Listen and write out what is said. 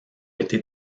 été